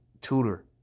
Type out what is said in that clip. tutor